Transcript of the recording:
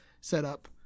setup